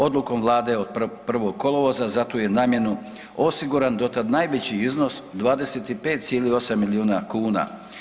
Odlukom vlade od 1. kolovoza za tu je namjenu osiguran do tad najveći iznos 25,8 milijuna kuna.